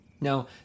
Now